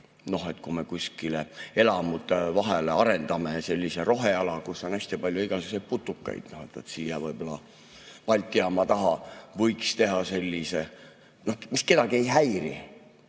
Noh, kui me kuskile elamute vahele arendame sellise roheala, kus on hästi palju igasuguseid putukaid, siis siia Balti jaama taha võiks teha sellise [ala], mis kedagi ei häiri,